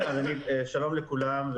שלום לכולם.